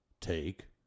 Take